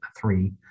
three